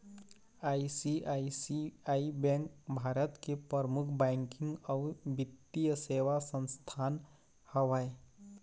ICICI bank Bharat के परमुख banking अउ बित्तीय सेवा संस्थान हवय